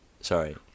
Sorry